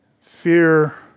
Fear